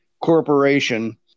corporation